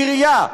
עירייה,